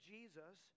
Jesus